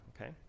okay